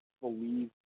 believe